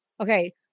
okay